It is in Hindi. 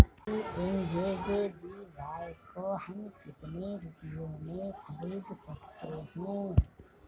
पी.एम.जे.जे.बी.वाय को हम कितने रुपयों में खरीद सकते हैं?